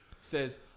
says